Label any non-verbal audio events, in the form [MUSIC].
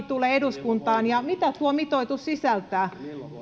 [UNINTELLIGIBLE] tulee eduskuntaan ja mitä tuo mitoitus sisältää